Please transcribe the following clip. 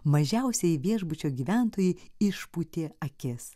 mažiausieji viešbučio gyventojai išpūtė akis